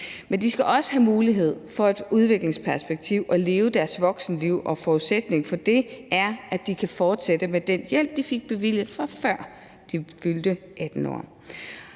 Men de skal også have mulighed for set ud fra et udviklingsperspektiv at leve deres voksenliv, og forudsætningen for det er, at de kan fortsætte med den hjælp, de fik bevilget, før de fyldte 18 år.